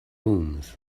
rooms